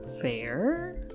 Fair